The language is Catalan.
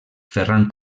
ferran